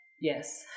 yes